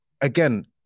again